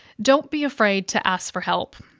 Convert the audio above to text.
don't be afraid to ask for help.